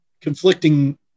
conflicting